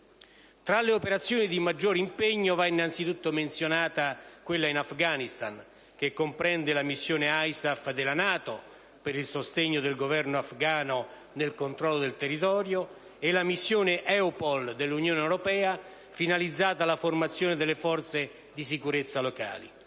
Tra le operazioni di maggiore impegno va innanzitutto menzionata quella in Afghanistan, che comprende la missione ISAF della NATO, per il sostegno del Governo afghano nel controllo del territorio, e la missione EUPOL dell'Unione europea, finalizzata alla formazione delle forze di sicurezza locali.